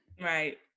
Right